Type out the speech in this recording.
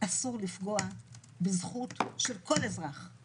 אסור לפגוע בזכות של כל אזרח להצביע,